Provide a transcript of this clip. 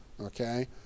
okay